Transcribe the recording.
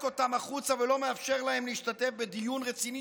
אותם החוצה ולא מאפשר להם להשתתף בדיון רציני,